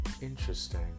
Interesting